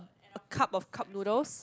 a cup of cup noodles